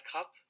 Cup